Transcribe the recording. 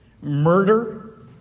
murder